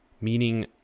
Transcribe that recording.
Meaning